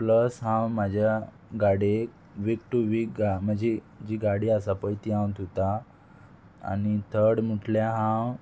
plus हांव म्हाज्या गाडयेक वीक टू वीक गा म्हजी जी गाडी आसा पय ती हांव धुतां आनी थर्ड म्हटल्यार हांव